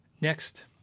next